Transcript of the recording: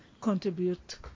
contribute